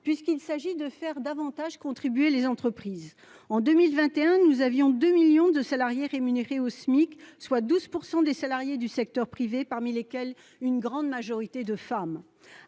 nous faisons davantage contribuer les entreprises. En 2021, notre pays comptait 2 millions de salariés rémunérés au SMIC, soit 12 % des salariés du secteur privé, parmi lesquels une grande majorité de femmes.